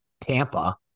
Tampa